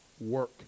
work